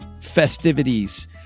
festivities